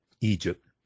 Egypt